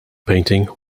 painting